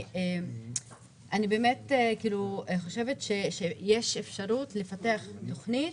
אני חושבת שיש אפשרות לפתח תוכנית